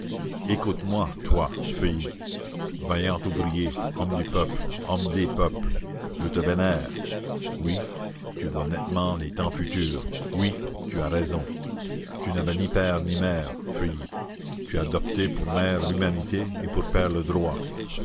écoute-moi toi feuilly vaillant ouvrier homme du peuple hommes des peuples je te vénère oui tu vois nettement les temps futurs oui tu as raison tu n'avais ni père ni mère feuilly tu as adopté pour mère l'humanité et pour père le droit